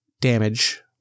damage